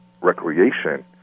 recreation